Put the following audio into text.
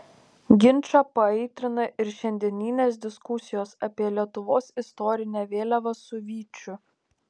ginčą paaitrina ir šiandieninės diskusijos apie lietuvos istorinę vėliavą su vyčiu